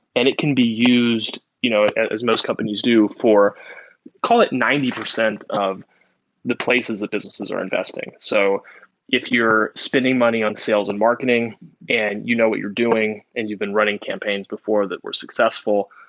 and it can be used, you know as most companies do, for call it ninety percent of the places that businesses are investing. so if you're spending money on sales and marketing and you know what you're doing and you've been running campaigns before that were successful,